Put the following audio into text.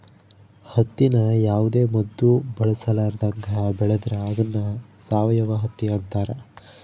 ಹತ್ತಿನ ಯಾವುದೇ ಮದ್ದು ಬಳಸರ್ಲಾದಂಗ ಬೆಳೆದ್ರ ಅದ್ನ ಸಾವಯವ ಹತ್ತಿ ಅಂತಾರ